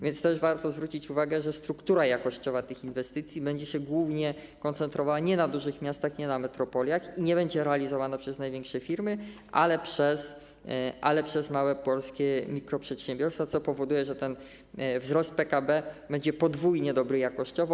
Warto też zwrócić uwagę na to, że struktura jakościowa tych inwestycji będzie się głównie koncentrowała nie na dużych miastach, nie na metropoliach i nie będzie realizowana przez największe firmy, ale przez małe polskie mikroprzedsiębiorstwa, co powoduje, że ten wzrost PKB będzie podwójnie dobry jakościowo.